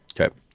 Okay